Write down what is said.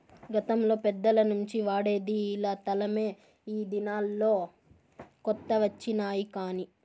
గతంలో పెద్దల నుంచి వాడేది ఇలా తలమే ఈ దినాల్లో కొత్త వచ్చినాయి కానీ